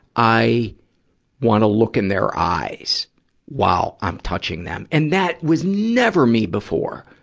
i wanna look in their eyes while i'm touching them. and that was never me before.